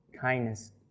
kindness